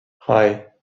hei